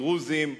הדרוזיים,